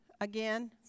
again